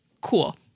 Cool